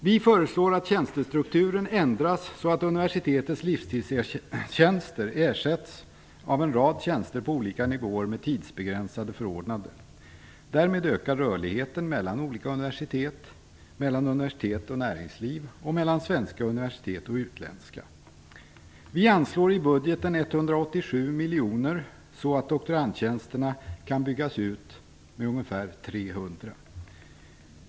Vi föreslår att tjänstestrukturen ändras så att universitetens livstidstjänster ersätts av en rad tjänster på olika nivåer med tidsbegränsade förordnanden. Därmed ökar rörligheten mellan olika universitet, mellan universitet och näringsliv och mellan svenska och utländska universitet. Vi anslår i budgeten 187 miljoner så att doktorandtjänsterna kan byggas ut med ungefär 300 platser.